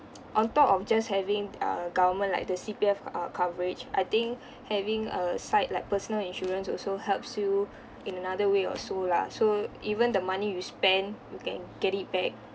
on top of just having uh government like the C_P_F uh coverage I think having a side like personal insurance also helps you in another way or so lah so even the money you spend you can get it back